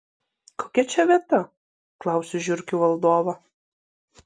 kokia čia vieta klausiu žiurkių valdovą